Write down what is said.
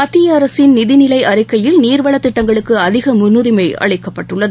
மத்தியஅரசின் நிதிநிலைஅறிக்கையில் நீர்வளதிட்டங்களுக்குஅதிகமுன்னுரிமைஅளிக்கப்பட்டுள்ளது